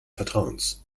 vertrauens